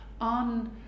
on